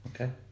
Okay